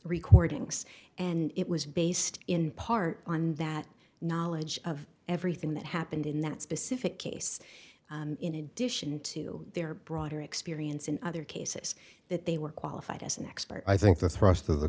recordings and it was based in part on that knowledge of everything that happened in that specific case in addition to their broader experience in other cases that they were qualified as an expert i think the thrust of the